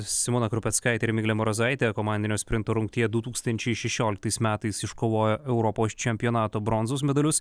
simona krupeckaitė ir miglė marozaitė komandinio sprinto rungtyje du tūkstančiai šešioliktais metais iškovojo europos čempionato bronzos medalius